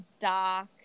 dark